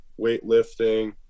weightlifting